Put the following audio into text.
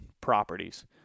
properties